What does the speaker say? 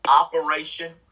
operation